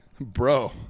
bro